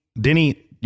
Denny